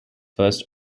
first